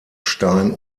stein